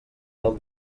del